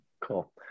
Cool